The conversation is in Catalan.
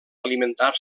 alimentar